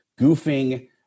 goofing